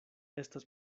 estas